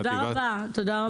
תודה רבה, תודה רבה.